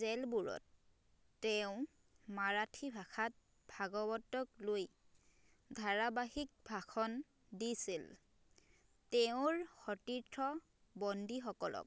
জেইলবোৰত তেওঁ মাৰাঠী ভাষাত ভাগৱতক লৈ ধাৰাবাহিক ভাষণ দিছিল তেওঁৰ সতীৰ্থ বন্দীসকলক